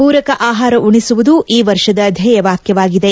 ಪೂರಕ ಆಹಾರ ಉಣಿಸುವುದು ಈ ವರ್ಷದ ಧ್ಯೇಯವಾಕ್ಯವಾಗಿದೆ